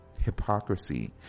hypocrisy